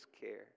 care